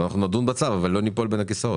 נדון בצו ולא ניפול בין הכיסאות.